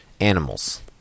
animals